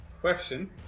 Question